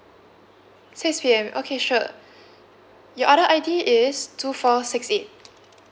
six P_M okay sure your order I_D is two four six eight